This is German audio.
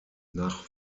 nach